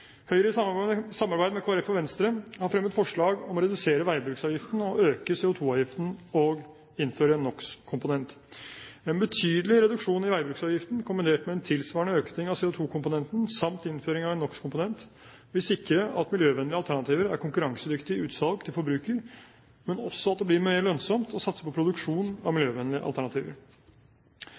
Høyre, i samarbeid med Kristelig Folkeparti og Venstre, har fremmet forslag om å redusere veibruksavgiften og øke CO2-avgiften og innføre NOx-komponent. En betydelig reduksjon i veibruksavgiften, kombinert med en tilsvarende økning av CO2-komponenten samt innføring av en NOx-komponent, vil sikre at miljøvennlige alternativer er konkurransedyktige i utsalg til forbruker, men også at det blir mer lønnsomt å satse på produksjon av miljøvennlige alternativer.